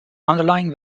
underlying